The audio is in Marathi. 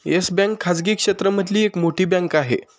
येस बँक खाजगी क्षेत्र मधली एक मोठी बँक आहे